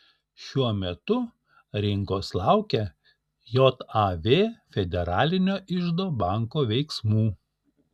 šiuo metu rinkos laukia jav federalinio iždo banko veiksmų